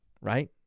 right